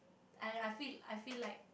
I I feel I feel like